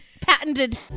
Patented